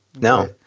No